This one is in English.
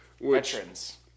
Veterans